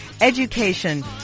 education